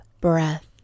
breath